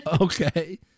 Okay